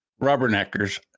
rubberneckers